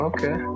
Okay